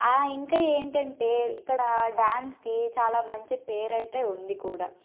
ఇంకా ఏమిటంటే ఇక్కడ డ్యాన్స్కి చాలా మంచి పేరైతే ఉంది కూడా